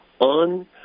on